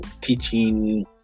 teaching